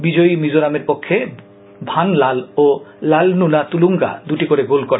বিজয়ী মিজোরামের পক্ষে ভানলাল ও লালনুন তুলুঙ্গা দুটি করে গোল করে